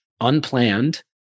unplanned